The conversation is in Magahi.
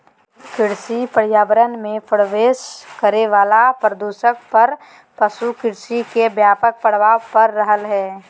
कृषि पर्यावरण मे प्रवेश करे वला प्रदूषक पर पशु कृषि के व्यापक प्रभाव पड़ रहल हई